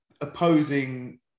opposing